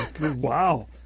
Wow